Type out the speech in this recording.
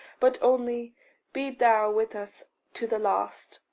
but only be thou with us to the last.